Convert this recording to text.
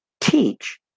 teach